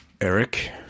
Eric